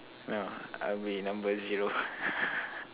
no I will be number zero